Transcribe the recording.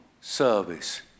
service